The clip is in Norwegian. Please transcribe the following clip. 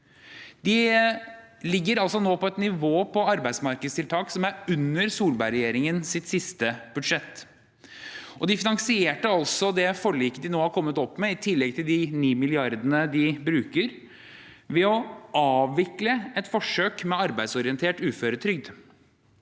De ligger altså nå på et nivå på arbeidsmarkedstiltak som er under Solberg-regjeringens siste budsjett. Og de finansierte det forliket de nå har kommet opp med, i tillegg til de 9 milliardene de bruker, ved å avvikle et forsøk med arbeidsorientert uføretrygd.